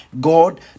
God